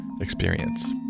experience